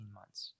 months